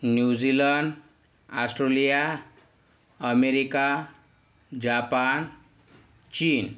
New Zealand Australia America Japan चीन